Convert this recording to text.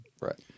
right